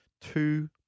two